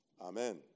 Amen